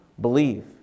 Believe